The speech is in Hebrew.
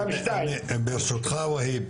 ברשותך והיב,